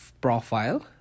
profile